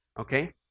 okay